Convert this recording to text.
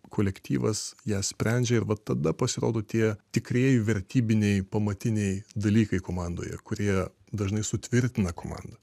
kolektyvas ją sprendžia ir va tada pasirodo tie tikrieji vertybiniai pamatiniai dalykai komandoje kurie dažnai sutvirtina komandą